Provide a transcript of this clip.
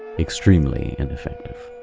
extremely ineffective.